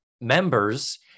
members